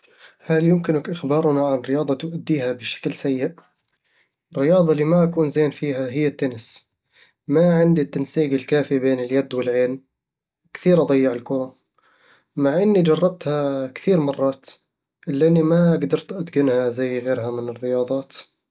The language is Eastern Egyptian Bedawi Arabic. هل يمكنك إخبارنا عن رياضة تؤديها بشكل سيّئ؟ الرياضة اللي ما أكون زين فيها هي التنس ما عندي التنسيق الكافي بين اليد والعين، وكثير أضيع الكرة مع أنني جربتها كثير مرات، إلا أنني ما قدرت أتقنها زي غيرها من الرياضات